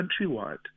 countrywide